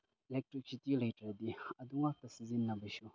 electricity ꯂꯩꯇ꯭ꯔꯗꯤ ꯑꯗꯨ ꯉꯥꯛꯇ ꯁꯤꯖꯤꯟꯅꯕꯁꯨ